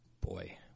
Boy